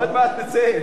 עוד מעט נצא.